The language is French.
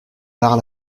par